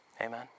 amen